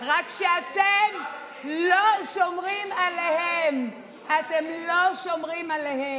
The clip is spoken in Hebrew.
לא "עליכם", "עלינו"; זה לא "עליכם", זה "עלינו".